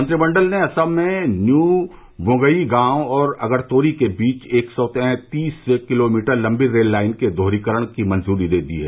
मंत्रिमंडल ने असम में न्यू बोंगईगांव और अगतोरी के बीच एक सौ तैंतालिस किलोमीटर लंबी रेल लाइन के दोहरीकरण की मंजूरी दे दी है